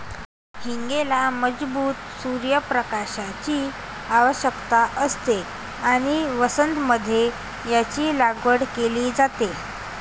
हींगेला मजबूत सूर्य प्रकाशाची आवश्यकता असते आणि वसंत मध्ये याची लागवड केली जाते